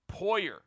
Poyer